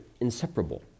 inseparable